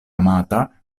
amata